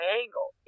angle